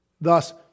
thus